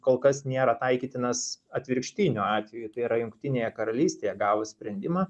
kol kas nėra taikytinas atvirkštiniu atveju tai yra jungtinėje karalystėje gavus sprendimą